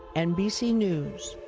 nbc news.